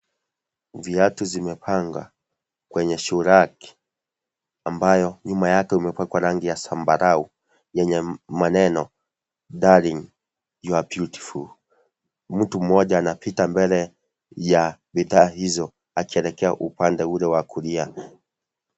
Viatu zimepanga, kwenye shoe raki ambayo nyuma yake imepakwa rangi ya sambarau, yenye maneno darling, you are beautiful mtu mmoja anapita mbele ya vitaa hizo akielekea upande ule wa kulia.